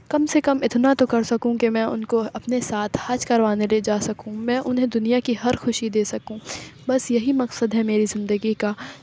کم سے کم اتنا تو کر سکوں کہ میں ان کو اپنے ساتھ حج کروانے لے جا سکوں میں انہیں دنیا کی ہر خوشی دے سکوں بس یہی مقصد ہے میری زندگی کا